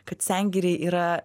kad sengirėj yra